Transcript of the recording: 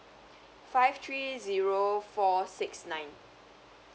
five three zero four six nine